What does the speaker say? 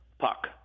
puck